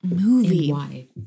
Movie